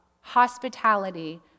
hospitality